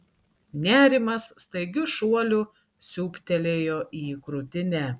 nerimas staigiu šuoliu siūbtelėjo į krūtinę